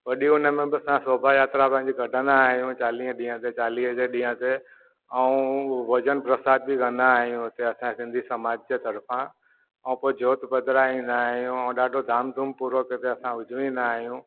वॾी हुन में बि असां शोभा यात्रा कढंदा आहियूं चालीहें ॾींहें ते चालीहें जे ॾींहं ते ऐं भॼन परसादु बि कंदा आहियूं उते असांजे सिंधी समाज जे तर्फ़ां ऐं पोइ जोति बदराए ईंदा आहियूं ऐं ॾाढो धाम धूम पूरो के ते असां उजवींदा आहियूं